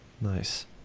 Nice